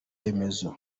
remezo